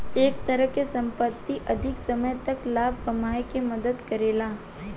ए तरह के संपत्ति अधिक समय तक लाभ कमाए में मदद करेला